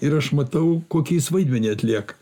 ir aš matau kokį jis vaidmenį atlieka